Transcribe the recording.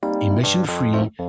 emission-free